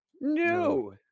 No